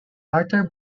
arthur